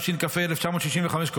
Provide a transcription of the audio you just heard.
התשכ"ה 1965,